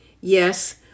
Yes